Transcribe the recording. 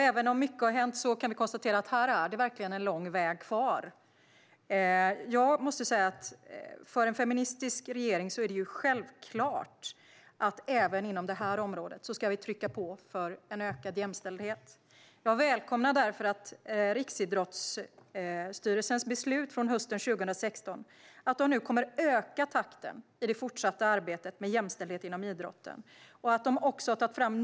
Även om mycket har hänt kan vi konstatera att det verkligen är en lång väg kvar här. För en feministisk regering är det självklart att vi ska trycka på för en ökad jämställdhet även inom det här området. Jag välkomnar därför Riksidrottsstyrelsens beslut från hösten 2016 att de nu kommer att öka takten i det fortsatta arbetet med jämställdhet inom idrotten.